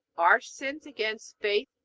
are sins against faith,